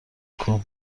کوه